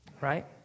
right